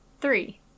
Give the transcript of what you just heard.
Three